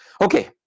Okay